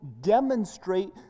demonstrate